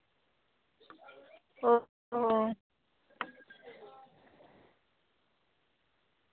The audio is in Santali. ᱳ